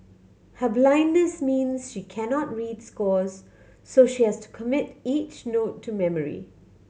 her blindness means she cannot read scores so she has to commit each note to memory